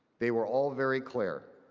they were all very clear.